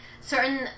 certain